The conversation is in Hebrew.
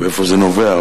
מאיפה זה נובע.